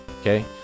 Okay